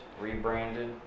rebranded